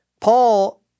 Paul